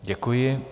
Děkuji.